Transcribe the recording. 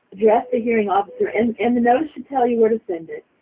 address the hearing officer, and and the notice should tell you where to send it,